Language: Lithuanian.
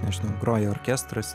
nežinau groja orkestras